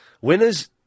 Winners